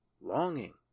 longing